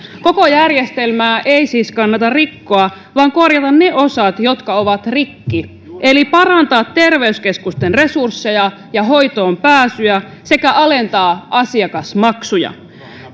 koko järjestelmää ei siis kannata rikkoa vaan korjata ne osat jotka ovat rikki eli parantaa terveyskeskusten resursseja ja hoitoonpääsyä sekä alentaa asiakasmaksuja